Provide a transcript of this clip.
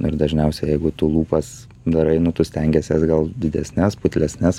ir dažniausiai jeigu tu lūpas darai nu tu stengiesi atgal didesnes putlesnes